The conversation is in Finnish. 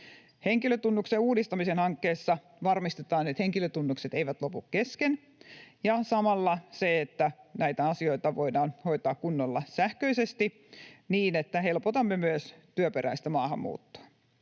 Henkilötunnuksen uudistamisen hankkeessa varmistetaan, että henkilötunnukset eivät lopu kesken, ja samalla se, että näitä asioita voidaan hoitaa kunnolla sähköisesti, niin että helpotamme myös työperäistä maahanmuuttoa.